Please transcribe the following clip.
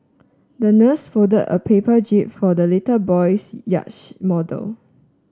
the nurse folded a paper jib for the little boy's yacht model